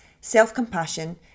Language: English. self-compassion